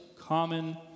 common